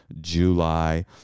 July